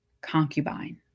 Concubine